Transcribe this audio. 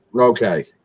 Okay